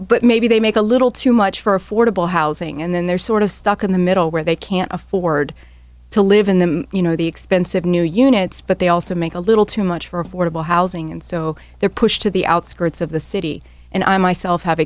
but maybe they make a little too much for affordable housing and then they're sort of stuck in the middle where they can't afford to live in them you know the expensive new units but they also make a little too much for affordable housing and so they're pushed to the outskirts of the city and i myself have